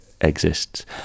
exists